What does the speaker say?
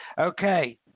Okay